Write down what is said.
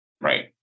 Right